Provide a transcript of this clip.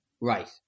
Right